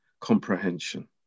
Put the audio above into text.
comprehension